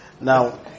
Now